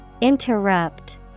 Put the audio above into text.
Interrupt